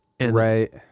Right